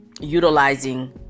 utilizing